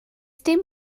dim